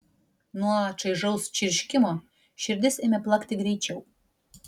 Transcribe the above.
nuo čaižaus čirškimo širdis ėmė plakti greičiau